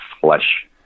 flesh